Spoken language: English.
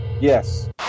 Yes